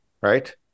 right